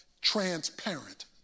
transparent